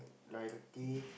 loyalty